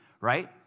right